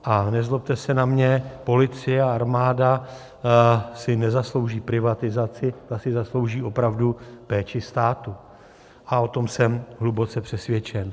A nezlobte se na mě, policie a armáda si nezaslouží privatizaci, ta si zaslouží opravdu péči státu, o tom jsem opravdu hluboce přesvědčen.